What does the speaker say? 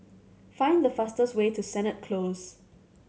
find the fastest way to Sennett Close